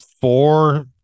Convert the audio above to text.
four